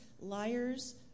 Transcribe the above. liars